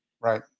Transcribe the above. Right